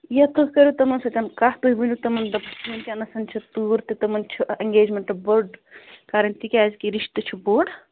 یہِ حظ تُہۍ کٔرِو تِمن سۭتۍ کتھ تُہۍ ؤنِو تِمَن دٔپُکھ وُنکٮ۪نَس چھِ تٍر تہٕ تِمن چھِ ایٚنگیجمٮ۪نٛٹ بٔڈ کَرٕنۍ تِکیٛاز کہِ رِشتہٕ چھُ بوٚڈ